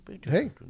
hey